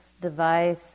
device